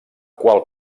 qual